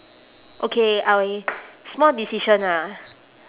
okay I wi~ small decision ah